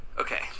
Okay